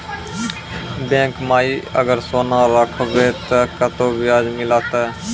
Bank माई अगर सोना राखबै ते कतो ब्याज मिलाते?